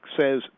says